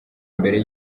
mbere